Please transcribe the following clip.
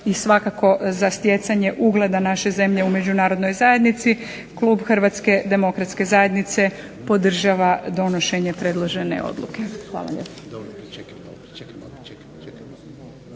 i svakako za stjecanje ugleda naše zemlje u međunarodnoj zajednici, klub HDZ-a podržava donošenje predložene odluke. Hvala